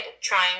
trying